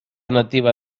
nativa